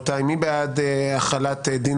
מי בעד אישור ההצעה לבקש מהמליאה את אישור החלת דין